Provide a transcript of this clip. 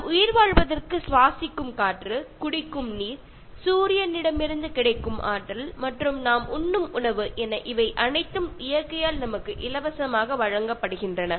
நாம் உயிர் வாழ்வதற்கு சுவாசிக்கும் காற்று குடிக்கும் நீர் சூரியனிடமிருந்து கிடைக்கும் ஆற்றல் மற்றும் நாம் உண்ணும் உணவு என இவை அனைத்தும் இயற்கையால் நமக்கு இலவசமாக வழங்கப்படுகின்றன